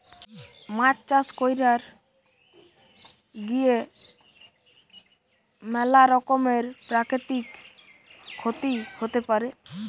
মাছ চাষ কইরার গিয়ে ম্যালা রকমের প্রাকৃতিক ক্ষতি হতে পারে